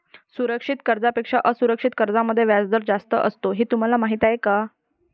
सुरक्षित कर्जांपेक्षा असुरक्षित कर्जांमध्ये व्याजदर जास्त असतो हे तुम्हाला माहीत आहे का?